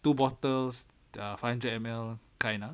two bottles err five hundred M_L kind ah